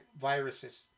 viruses